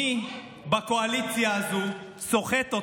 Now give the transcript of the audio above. מי בקואליציה הזו סוחט אותך?